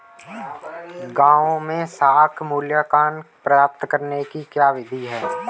गाँवों में साख मूल्यांकन प्राप्त करने की क्या विधि है?